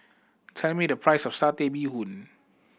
tell me the price of Satay Bee Hoon